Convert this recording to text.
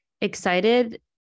Excited